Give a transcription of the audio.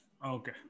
okay